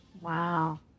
Wow